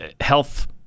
health